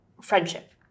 friendship